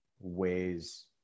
Ways